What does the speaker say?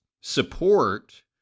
support